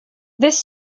this